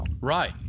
Right